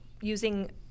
using